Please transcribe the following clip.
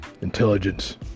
intelligence